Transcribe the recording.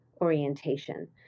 orientation